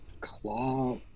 claw